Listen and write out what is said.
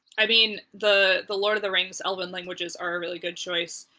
i mean, the the lord of the rings elven languages are a really good choice.